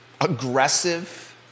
aggressive